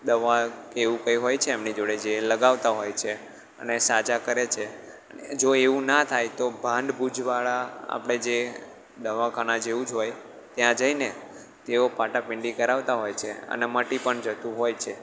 દવા કે એવું કાંઈ હોય છે એમની જોડે જે લગાવતા હોય છે અને સાજા કરે છે જો એવું ના થાય તો ભાડભુજાવાળા આપણે જે દવાખાનાં જેવું જ હોય ત્યાં જઈને તેઓ પાટાપિંડી કરાવતા હોય છે અને મટી પણ જતું હોય છે